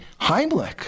Heimlich